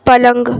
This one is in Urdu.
پلنگ